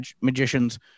magicians